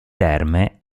terme